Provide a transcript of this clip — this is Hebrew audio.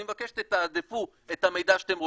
אני מבקש שתתעדפו את המידע שאתם רוצים,